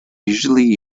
usually